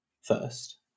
first